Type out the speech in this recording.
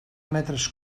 metres